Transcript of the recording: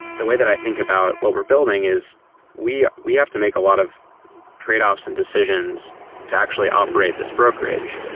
the way that i think about what we're building is we we have to make a lot of tradeoffs and decisions to actually operate this brokerage.